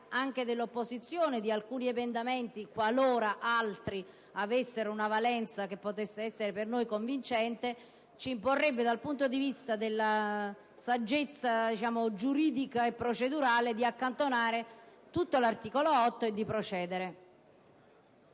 parte dell'opposizione - di alcuni emendamenti, qualora altri avessero una valenza che potesse essere per noi convincente, ci imporrebbe dal punto di vista della saggezza giuridica e procedurale di accantonare l'articolo 8 e di procedere